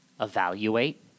evaluate